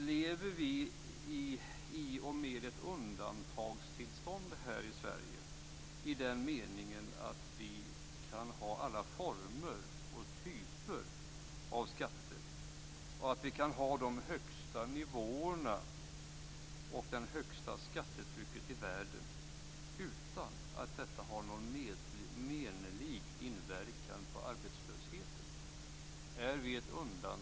Lever vi i, och med, ett "undantagstillstånd" här i Sverige i den meningen att vi kan ha alla former och typer av skatter och att vi kan ha de högsta nivåerna och det högsta skattetrycket i världen utan att detta har en menlig inverkan på arbetslösheten?